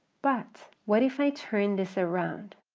but what if i turn this around?